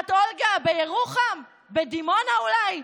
בגבעת אולגה, בירוחם, בדימונה אולי?